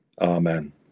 Amen